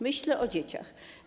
Myślę o dzieciach.